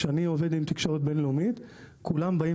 כשאני עובד עם תקשורת בינלאומית כולם באים